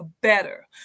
better